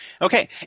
Okay